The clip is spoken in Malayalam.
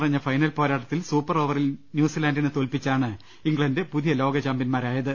നിറഞ്ഞ ഫൈനൽ പോരാട്ടത്തിൽ സൂപ്പർ ഓവറിൽ ന്യൂസിലാന്റിനെ തോൽപി ച്ചാണ് ഇംഗ്ലണ്ട് പുതിയ ലോക ചാമ്പ്യന്മാരായത്